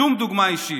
שום דוגמה אישית".